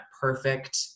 perfect